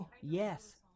Yes